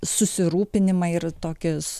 susirūpinimą ir tokius